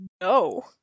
no